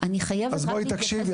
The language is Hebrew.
אז בואי תקשיבי,